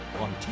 on